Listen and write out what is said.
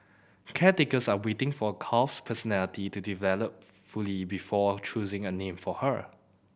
caretakers are waiting for calf's personality to develop fully before choosing a name for her